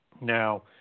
Now